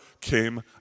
came